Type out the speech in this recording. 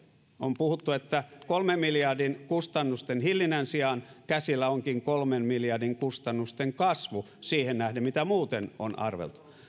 on puhuttu että kolmen miljardin kustannusten hillinnän sijaan käsillä onkin kolmen miljardin kustannusten kasvu siihen nähden mitä muuten on arveltu